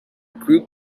group